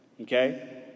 okay